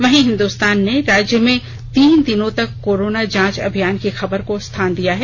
वहीं हिन्दुस्तान ने राज्य में तीन दिनों तक कोरोना जांच अभियान के खबर को स्थान दिया है